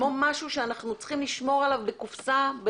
כמו משהו שאנחנו צריכים לשמור עליו בקופסה,